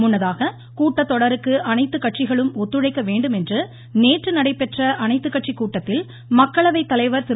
முன்னதாக கூட்டத்தொடருக்கு அனைத்துக் கட்சிகளும் ஒத்துழைக்க வேண்டும் என்று நேற்று நடைபெற்ற அனைத்துக்கட்சி கூட்டத்தில் மக்களவைத் தலைவர் திரு